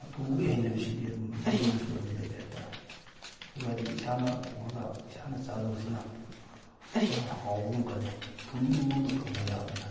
ꯊꯣꯡꯕꯒꯤ ꯍꯩꯅꯕꯤꯁꯤꯗꯤ ꯑꯗꯨꯝ ꯌꯨꯝꯗꯁꯨ ꯑꯗꯨꯝ ꯂꯩꯔꯛꯑꯦ ꯍꯥꯏ ꯇꯥꯔꯦ ꯂꯩꯕ ꯍꯥꯏꯗꯤ ꯏꯁꯥꯅ ꯊꯣꯡꯉꯒ ꯏꯁꯥꯅ ꯆꯥꯖꯕꯁꯤꯅ ꯍꯦꯟꯅ ꯍꯥꯎꯕꯒꯨꯝ ꯈꯜꯂꯤ ꯊꯣꯡꯅꯤꯡꯕ ꯃꯑꯣꯡꯗ ꯊꯣꯡꯕ ꯌꯥꯔꯕꯅꯤꯅ